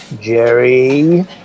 Jerry